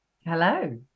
hello